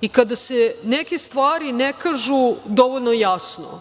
i kada se neke stvari ne kažu dovoljno jasno,